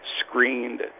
screened